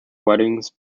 weddings